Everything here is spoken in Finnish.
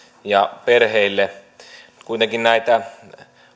ja perheelle kuitenkin näitä